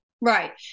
right